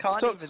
stop